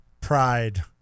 Pride